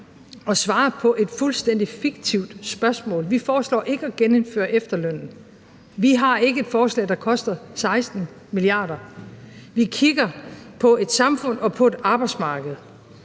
at svare på et fuldstændig fiktivt spørgsmål? Vi foreslår ikke at genindføre efterlønnen. Vi har ikke et forslag, der koster 16 mia. kr. Vi kigger på et samfund og på et arbejdsmarked